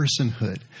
personhood